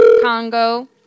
Congo